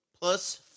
Plus